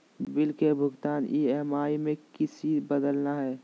Bill के भुगतान EMI में किसी बदलना है?